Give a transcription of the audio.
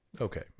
Okay